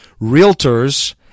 realtors